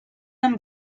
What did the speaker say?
amb